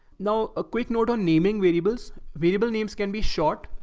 now a quick note on naming variables, variable names can be short,